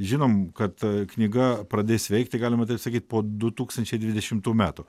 žinom kad knyga pradės veikti galima taip sakyt po du tūkstančiai dvidešimtų metų